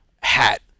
hat